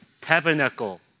tabernacle